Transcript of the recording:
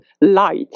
light